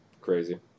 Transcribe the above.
crazy